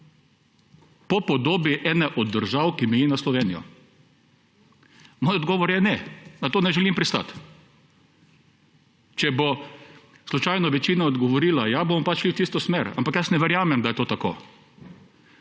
po podobi ene od držav, ki meji na Slovenijo. Moj odgovor je ne. Na to ne želim pristati. Če bo slučajno večina odgovorila ja, bomo pač šli v tisto smer. Ampak jaz ne verjamem, da je to tako.